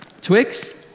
Twix